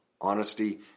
honesty